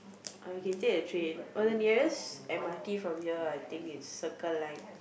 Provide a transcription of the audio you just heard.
or you can take a train oh the nearest m_r_t from here I think is Circle Line